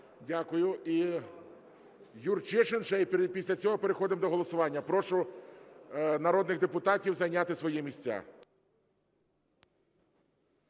Дякую. І Юрчишин ще, після цього переходимо до голосування. Прошу народних депутатів зайняти свої місця.